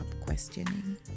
questioning